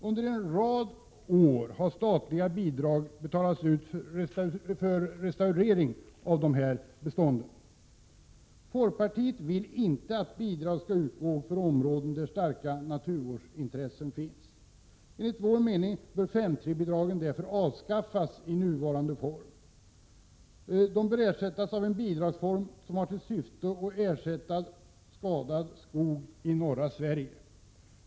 Under en rad år har statliga bidrag betalats ut för restaurering av dessa bestånd. Folkpartiet vill inte att bidrag skall utgå för områden där starka naturvårdsintressen finns. Enligt vår mening bör S:3-bidragen i dess nuvarande form avskaffas. De bör ersättas av en bidragsform som har till syfte att ersätta skadad skog i norra Sverige.